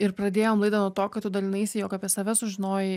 ir pradėjom laidą nuo to kad tu dalinaisi jog apie save sužinojai